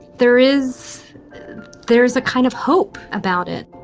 there is there is a kind of hope about it